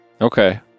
Okay